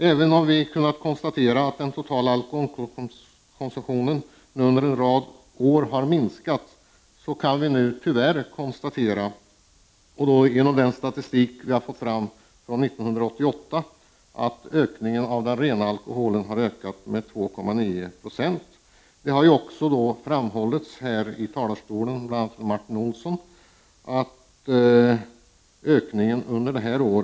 Även om vi har kunnat se att den totala alkoholkonsumtionen under en rad år har minskat, kan vi nu tyvärr konstatera, genom den statistik vi har fått fram från 1988, att konsumtionen mätt i ren alkohol har ökat med 2,9 20. Det har också framhållits här, bl.a. av Martin Olsson, att ökningen har varit lika kraftig i år.